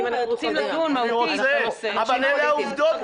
אבל אם אנחנו רוצים לדון מהותית בנושא --- אבל אלה העובדות,